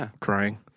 crying